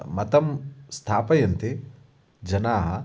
मतं स्थापयन्ति जनाः